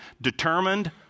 determined